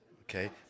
okay